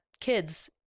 kids